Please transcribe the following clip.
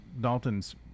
Dalton's